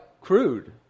crude